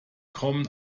kommen